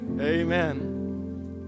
amen